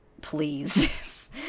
please